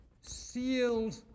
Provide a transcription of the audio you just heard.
sealed